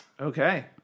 okay